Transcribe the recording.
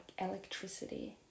electricity